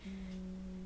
mmhmm